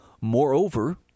Moreover